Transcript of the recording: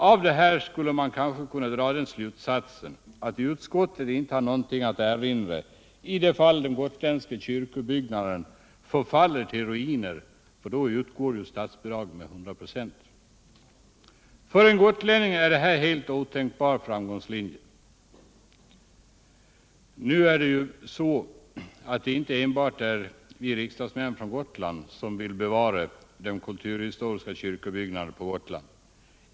Av detta skulle man kanske kunna dra den slutsatsen att utskottet inte har något att erinra i de fall de gotländska kyrkobyggnaderna förfaller till ruiner, för då utgår statsbidrag med 100 96. För en gotlänning är detta en helt otänkbar framgångslinje. Nu är det inte enbart vi riksdagsmän från Gotland som vill bevara de kulturhistoriska kyrkobyggnaderna på Gotland.